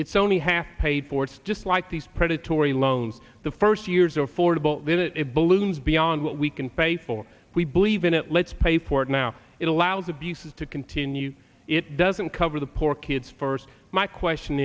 it's only half paid for it's just like these predatory loans the first years affordable that it blooms beyond what we can pay for we believe in it let's pay for it now it allows abuses to continue it doesn't cover the poor kids first my question